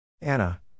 Anna